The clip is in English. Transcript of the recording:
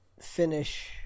finish